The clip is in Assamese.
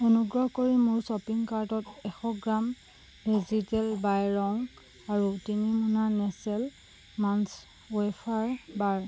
অনুগ্ৰহ কৰি মোৰ শ্বপিং কাৰ্টত এশ গ্ৰাম ভেজীতেল বায়' ৰং আৰু তিনি মোনা নেচ্লে মাঞ্চ ৱেফাৰ বাৰ